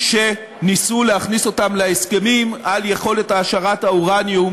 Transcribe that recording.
שניסו להכניס להסכמים על יכולת העשרת האורניום